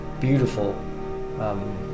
beautiful